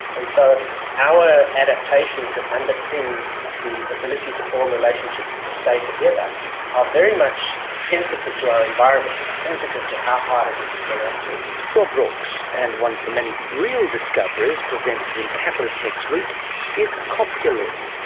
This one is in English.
and so our adaptations that underpin the ability to form relationships and to stay together are very much sensitive to our environment and sensitive to how hard it is to bring up kids. rob brooks. and one of the many real discoveries presented in catalyst next week is copulin.